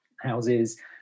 houses